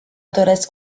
doresc